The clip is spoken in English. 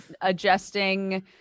adjusting